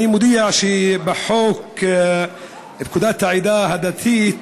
אני מודיע שבחוק לתיקון פקודת העדה הדתית,